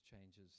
changes